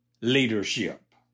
leadership